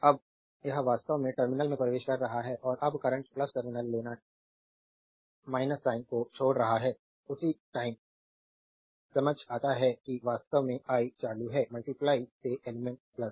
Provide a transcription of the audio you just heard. अब यह वास्तव में टर्मिनल में प्रवेश कर रहा है और जब करंट टर्मिनल लेना साइन को छोड़ रहा है उसी टाइम समझ सकता है कि वास्तव में i चालू है से एलिमेंट्स